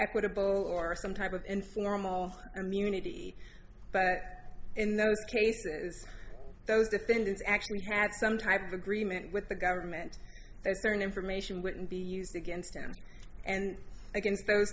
equitable or some type of informal immunity but in those cases those defendants actually had some type of agreement with the government there's certain information wouldn't be used against them and against those